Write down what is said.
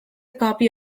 copy